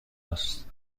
هست